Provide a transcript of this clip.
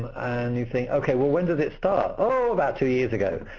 and you think, okay. well, when did it start? oh, about two years ago.